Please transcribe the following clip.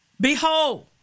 Behold